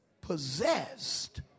possessed